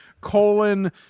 colon